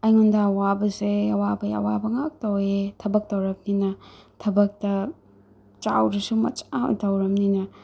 ꯑꯩꯉꯣꯟꯗ ꯑꯋꯥꯕꯁꯦ ꯑꯋꯥꯕꯒꯤ ꯑꯋꯥꯕ ꯉꯥꯛꯇ ꯑꯣꯏꯑꯦ ꯊꯕꯛ ꯇꯧꯔꯕꯅꯤꯅ ꯊꯕꯛꯇꯥ ꯆꯥꯎꯗ꯭ꯔꯁꯨ ꯃꯆꯥ ꯑꯃ ꯇꯧꯔꯕꯅꯤꯅ